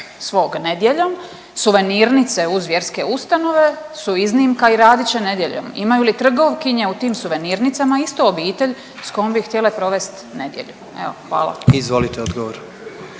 svog nedjeljom, suvenirnice uz vjerske ustanove su iznimka i radit će nedjeljom. Imaju li trgovkinje u tim suvenirnicama isto obitelj s kojom bi htjele provesti nedjelju? Evo, hvala. **Jandroković,